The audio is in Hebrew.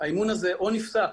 האימון הזה או נפסק,